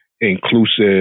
inclusive